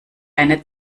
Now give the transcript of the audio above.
eine